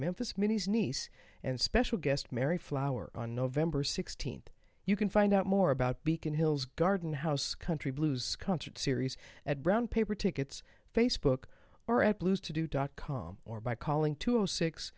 memphis minnie's niece and special guest mary flowers on nov sixteenth you can find out more about beacon hill's garden house country blues concert series at brown paper tickets face book or at blues to do dot com or by calling two six